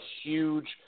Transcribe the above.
huge